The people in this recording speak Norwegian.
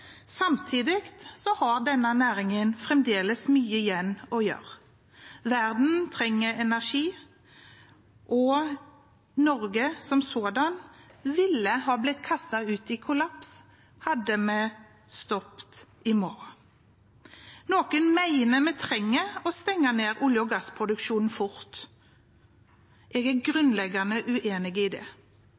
Samtidig har denne næringen fremdeles mye igjen å gjøre. Verden trenger energi, og Norge som sådant ville ha blitt kastet ut i kollaps hadde vi stoppet i morgen. Noen mener vi trenger å stenge ned olje- og gassproduksjonen fort. Jeg er grunnleggende uenig i det.